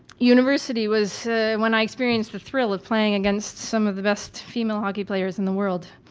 university was when i experienced the thrill of playing against some of the best female hockey players in the world,